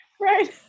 right